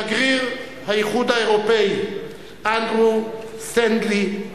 שגריר האיחוד האירופי אנדרו סטנדלי,